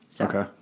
Okay